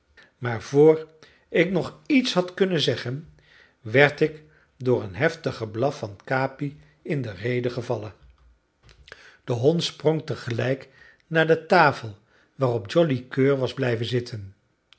maar vr ik nog iets had kunnen zeggen werd ik door een heftig geblaf van capi in de rede gevallen de hond sprong tegelijkertijd naar de tafel waarop joli coeur was blijven zitten